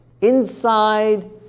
inside